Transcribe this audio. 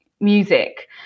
music